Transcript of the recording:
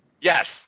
Yes